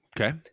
Okay